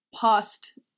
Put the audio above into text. past